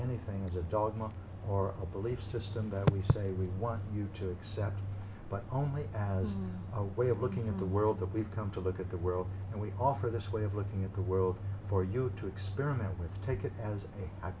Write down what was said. anything as a dog or a belief system that we say we want you to accept but only as a way of looking at the world we've come to look at the world and we offer this way of looking at the world for you to experiment with take it as